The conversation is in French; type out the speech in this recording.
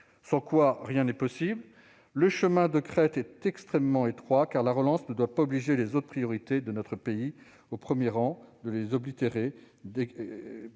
sans quoi rien n'est possible. Le chemin de crête est extrêmement étroit, car la relance ne doit pas oblitérer les autres priorités de notre pays, surtout en matière de défense.